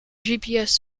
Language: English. gps